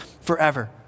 forever